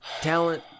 talent